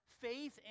faith